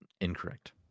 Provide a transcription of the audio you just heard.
Incorrect